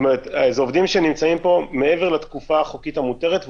אלה עובדים שנמצאים פה מעבר לתקופה החוקית המותרת,